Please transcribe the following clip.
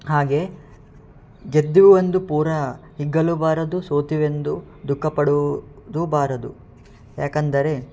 ಹಾಗೆ ಗೆದ್ದುವಂದು ಪೂರ ಹಿಗ್ಗಲೂಬಾರದು ಸೋತೆವೆಂದು ದುಃಖ ಪಡುವುದುಬಾರದು ಯಾಕೆಂದರೆ